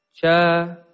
Cha